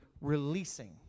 releasing